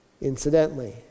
Incidentally